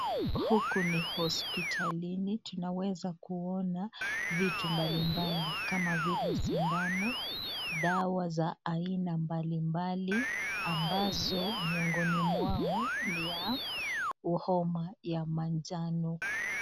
Huku ni hosipitalini tunaweza kuona vitu mbalimbali, kama vile sindano, dawa za aina mbali mbali ambazo mwiongoni mwao ni ya homa ya manjano.